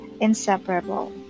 inseparable